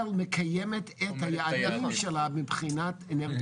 מקיימת את היעדים שלה מבחינת אנרגיה